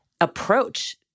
approach